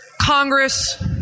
Congress